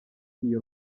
iyo